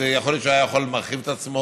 אז יכול להיות שהוא היה יכול להרחיב את עצמו,